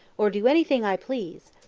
or do any thing i please.